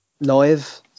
Live